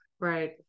right